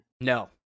No